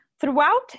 Throughout